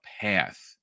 path